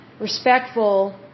respectful